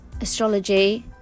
astrology